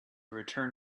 return